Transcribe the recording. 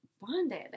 bonded